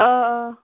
آ آ